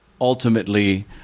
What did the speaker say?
ultimately